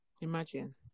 Imagine